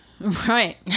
Right